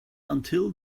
until